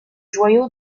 joyaux